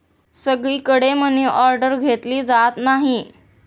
सगळीकडे मनीऑर्डर घेतली जात नाही